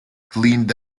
cleaned